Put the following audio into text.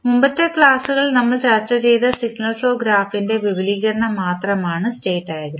മുമ്പത്തെ ക്ലാസ്സുകളിൽ നമ്മൾ ചർച്ച ചെയ്ത സിഗ്നൽ ഫ്ലോ ഗ്രാഫിൻറെ വിപുലീകരണം മാത്രമാണ് സ്റ്റേറ്റ് ഡയഗ്രം